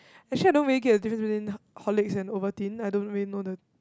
actually I don't really get the different between the Horlicks and Ovaltine I don't really know the